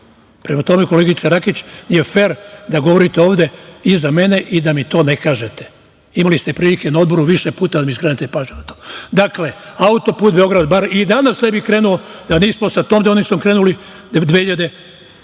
sam. Prema tome, koleginice Rakić, nije fer da govorite ovde iza mene i da mi to ne kažete, imali ste prilike na Odboru više puta da mi skrenete pažnju na to. Dakle, auto-put Beograd-Bar, ni danas ne bi krenuo da nismo sa tom deonicom krenuli 2009.